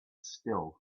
still